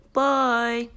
Bye